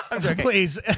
please